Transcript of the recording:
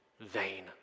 vain